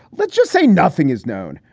let's just say nothing is known.